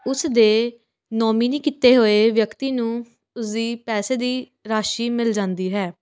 ਉਸਦੇ ਨੋਮੀਨੀ ਕੀਤੇ ਹੋਏ ਵਿਅਕਤੀ ਨੂੰ ਉਸਦੀ ਪੈਸੇ ਦੀ ਰਾਸ਼ੀ ਮਿਲ ਜਾਂਦੀ ਹੈ